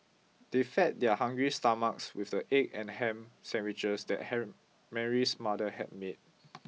they fed their hungry stomachs with the egg and ham sandwiches that Mary's mother had made